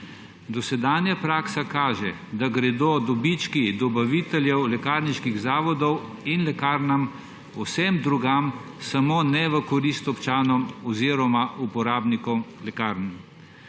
Dosedanja praksa kaže, da gredo dobički dobaviteljev lekarniških zavodov in lekarn povsod drugam, samo v korist občanom oziroma uporabnikom lekarn